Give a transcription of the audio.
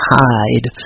hide